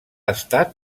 estat